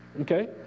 Okay